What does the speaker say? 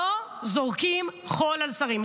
לא זורקים חול על שרים.